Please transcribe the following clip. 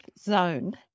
zone